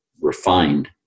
refined